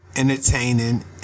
Entertaining